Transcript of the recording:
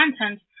content